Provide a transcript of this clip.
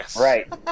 Right